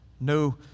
No